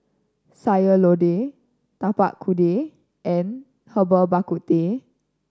Sayur Lodeh Tapak Kuda and Herbal Bak Ku Teh